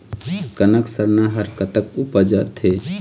कनक सरना हर कतक उपजथे?